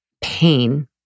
pain